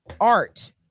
art